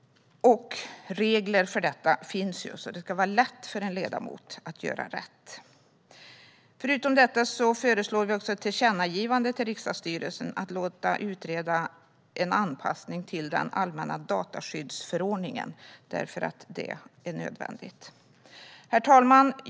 Regler för detta finns. Det ska vara lätt för en ledamot att göra rätt. Förutom detta föreslår vi ett tillkännagivande till riksdagsstyrelsen om att låta utreda en anpassning till den allmänna dataskyddsförordningen. Det är nämligen nödvändigt. Herr talman!